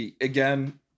again